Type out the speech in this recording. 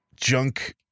junk